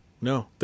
no